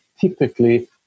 typically